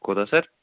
کوٗتاہ سَر